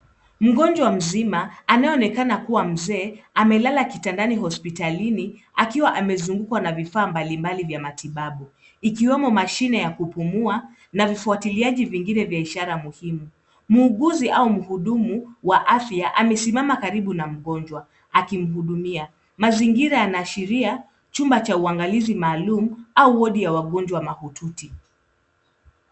Mgonjwa mzima anayeonekana kuwa mzee, amelala kitandani hospitalini akiwa amezungukwa na vifaa mbalimbali vya matibabu ikiwemo mashini ya kupumua na vifuatiliaji vingine vya ishara muhimu. Muuguzi au mhudumu wa afya amesimama karibu na mgonjwa akimhudumia. Mazingira yanaashiria chumba cha uangalizi maalum au wodi ya wagonjwa mahututi.